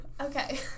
Okay